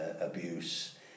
abuse